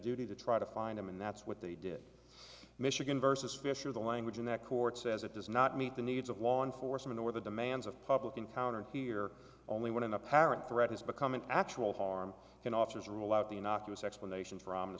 duty to try to find him and that's what they did michigan versus fisher the language in that court says it does not meet the needs of law enforcement or the demands of public encounter here only when an apparent threat has become an actual harm and officers rule out the in oculus explanation from the